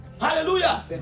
hallelujah